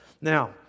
Now